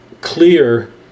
clear